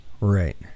Right